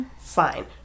fine